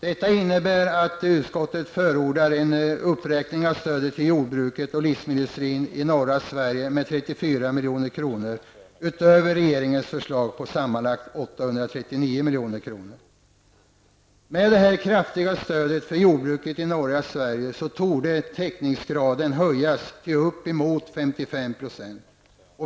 Detta innebär att utskottet förordar en uppräkning av stödet till jordbruket och livsmedelsindustrin i norra Sverige med 34 milj.kr. utöver regeringens förslag på sammanlagt 839 milj.kr. Med detta kraftiga stöd för jordbruket i norra Sverige torde täckningsgraden höjas till upp emot 55 %.